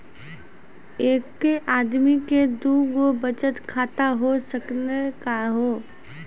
एके आदमी के दू गो बचत खाता हो सकनी का हो?